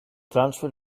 transfer